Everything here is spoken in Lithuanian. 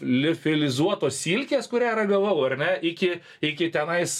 liofilizuotos silkės kurią ragavau ar ne iki iki tenais